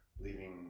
leaving